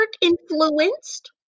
influenced